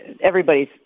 everybody's